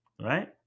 right